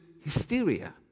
hysteria